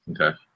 Okay